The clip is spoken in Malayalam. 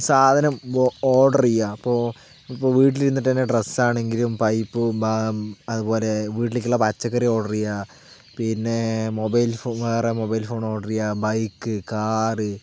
സാധനം ഓർഡർ ചെ യ്യാം ഇപ്പോൾ ഇപ്പോൾ വീട്ടിലിരുന്നിട്ടുതന്നെ ഡ്രസ്സാണെങ്കിലും പൈപ്പ് അതുപോലെ വീട്ടിലേക്കുള്ള പച്ചക്കറി ഓർഡർ ചെയ്യാം പിന്നെ മൊബൈൽ ഫോൺ വേറെ മൊബൈൽ ഫോൺ ഓർഡർ ചെയ്യാം ബൈക്ക് കാറ്